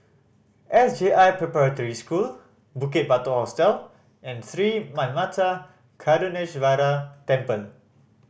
S J I Preparatory School Bukit Batok Hostel and Sri Manmatha Karuneshvarar Temple